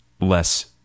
less